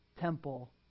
temple